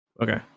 Okay